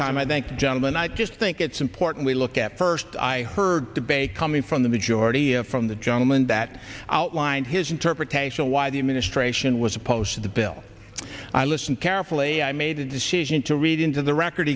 time i thank the gentleman i just think it's important we look at first i heard debate coming from the majority of from the gentleman that outlined his interpretation of why the administration was opposed to the bill i listened carefully i made a decision to read into the record